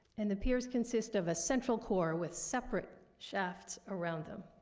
and the piers consist of a central core with separate shafts around them.